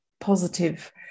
positive